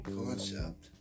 concept